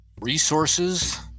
resources